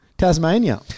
Tasmania